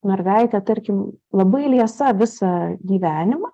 mergaitė tarkim labai liesa visą gyvenimą